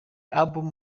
album